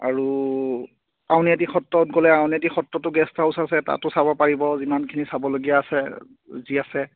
আৰু আউনীআটি সত্ৰত গ'লে আউনীআটি সত্ৰটো গেষ্ট হাউচ আছে তাতো চাব পাৰিব যিমানখিনি চাবলগীয়া আছে যি আছে